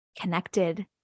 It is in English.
connected